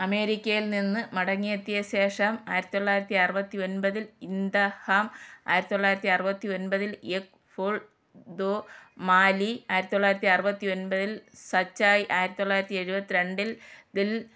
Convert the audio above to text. അമേരിക്കേൽ നിന്ന് മടങ്ങിയെത്തിയശേഷം ആയിരത്തി തൊള്ളയിരത്തി അറുപത്തി ഒൻപത്തിൽ ഇന്താ ഹാം ആയിരത്തി തൊള്ളയിരത്തി അറുപത് ഒൻപതിൽ യക് ഫുൾ ദോ മാലി ആയിരത്തി തൊള്ളയിരത്തി അറുപത് ഒൻപതിൽ സച്ചായി ആയിരത്തി തൊള്ളയിരത്തി എഴുപത്തി രണ്ടിൽ ദിൽ